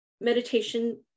meditation